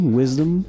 wisdom